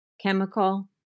chemical